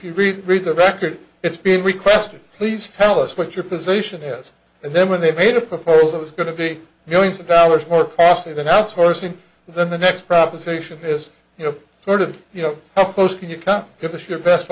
you read read the record it's been requested please tell us what your position is and then when they made a proposal is going to be millions of dollars more costly than outsourcing then the next proposition is you know sort of you know how close can you come give us your best